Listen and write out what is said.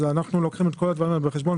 אנו לוקחים את כל הדברים האלה בחשבון,